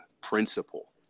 principle